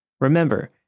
Remember